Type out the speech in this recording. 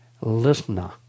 listener